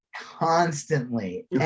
constantly